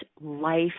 life